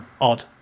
odd